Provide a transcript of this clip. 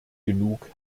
genug